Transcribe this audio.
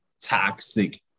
toxic